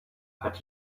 but